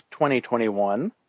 2021